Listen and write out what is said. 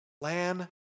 plan